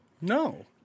No